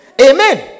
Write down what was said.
Amen